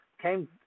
came